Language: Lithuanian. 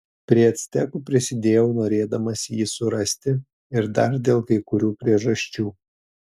prie actekų prisidėjau norėdamas jį surasti ir dar dėl kai kurių priežasčių